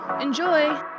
Enjoy